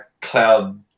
cloud